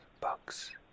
bugs